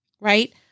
Right